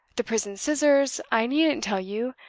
the prison-scissors, i needn't tell you,